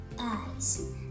eyes